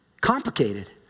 complicated